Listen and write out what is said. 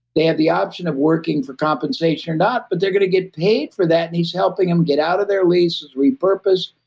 they have the option of working for compensation or not, but they're going to get paid for that. and he's helping them get out of their leases, repurpose.